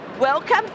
Welcome